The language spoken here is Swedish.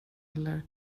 eller